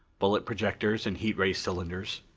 bullet projectors and heat ray cylinders.